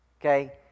Okay